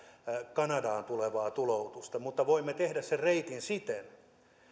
kanadaan tulevaa tuloutusta mutta voimme tehdä sen reitin siten